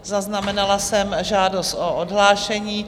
Zaznamenala jsem žádost o odhlášení.